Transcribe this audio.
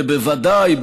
ובוודאי,